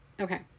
Okay